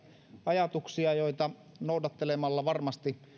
ajatuksia joita noudattamalla varmasti